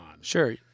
Sure